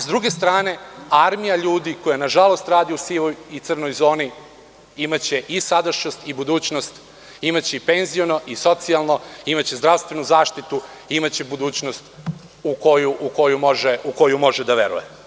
S druge strane, armija ljudi koja nažalost radi u sivoj i crnoj zoni imaće i sadašnjost i budućnost, imaće penziono i socijalno, imaće zdravstvenu zaštitu i imaće budućnost u koju može da veruje.